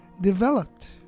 developed